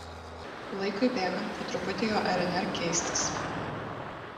laikui bėgant po truputį jo rnr keistis